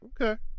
okay